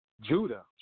Judah